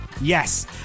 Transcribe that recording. Yes